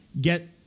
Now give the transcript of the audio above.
get